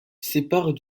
sépare